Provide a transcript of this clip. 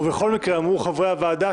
ובכל מקרה אמרו חברי הוועדה,